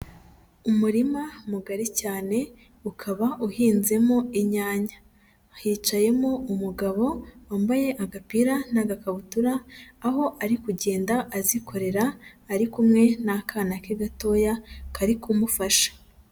Umurima mugari cyane ukaba uhinzemo inyanya, hicayemo umugabo wambaye agapira n'agakabutura aho ari kugenda azikorera ari kumwe n'akana ke gatoya kari kumufasha.